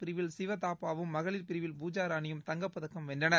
பிரிவில் ஆடவர் சிவதாப்பாவும் மகளிர் பிரிவில் பூஜா ராணியும் தங்கப்பதக்கம் வென்றனர்